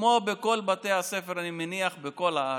כמו בכל בתי הספר בכל הארץ,